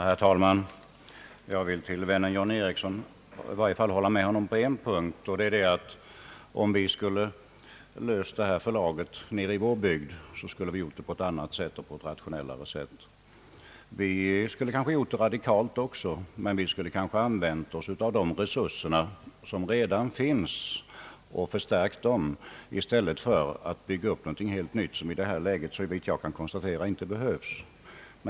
Herr talman! Jag vill hålla med min vän John Ericsson i varje fall på en punkt, nämligen att om vi skulle ha löst detta förlagsproblem nere i vår bygd hade vi gjort det på ett annat och mer rationellt sätt. Vi skulle kanske också ha gjort det på ett radikalt sätt, men vi hade använt oss av de resurser som redan finns och förstärkt dessa i stället för att bygga upp något helt nytt, som i detta läge, såvitt jag kan bedöma, inte behövs.